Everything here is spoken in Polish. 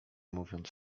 mówiąc